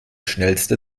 schnellste